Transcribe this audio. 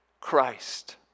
Christ